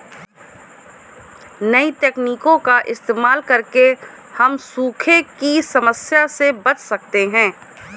नई तकनीकों का इस्तेमाल करके हम सूखे की समस्या से बच सकते है